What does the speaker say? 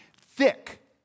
thick